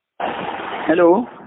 Hello